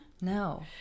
No